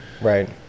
Right